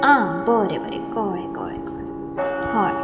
आं बरें बरें कळळें कळ्ळें कळळें हय